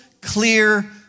clear